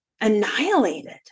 annihilated